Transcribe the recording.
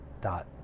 dot